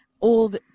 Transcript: old